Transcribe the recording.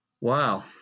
Wow